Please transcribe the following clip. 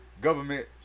Government